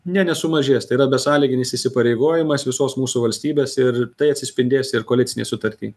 ne nesumažės tai yra besąlyginis įsipareigojimas visos mūsų valstybės ir tai atsispindės ir koalicinėj sutarty